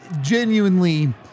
genuinely